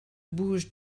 bouge